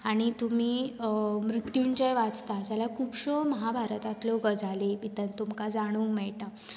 आनी तुमी अ मृत्यूंजय वाचता जाल्यार खुबश्यो महाभारतांतल्यो गजाली भितर तुमकां जाणूंक मेळटा